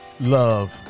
love